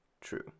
true